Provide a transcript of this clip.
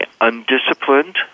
undisciplined